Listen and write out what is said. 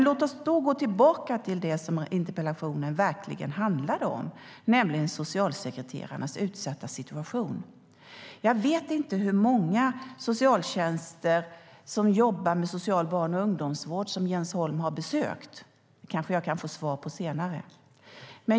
Låt oss gå tillbaka till det som interpellationen verkligen handlar om, nämligen socialsekreterarnas utsatta situation. Jag vet inte hur många socialtjänster som jobbar med social barn och ungdomsvård som Jens Holm har besökt. Det kanske jag kan få svar på senare.